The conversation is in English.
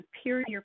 superior